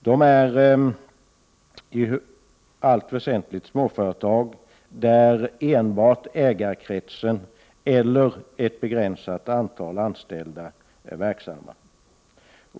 De är i allt väsentligt småföretag, där enbart ägarkretsen eller ett begränsat antal anställda är verksamma.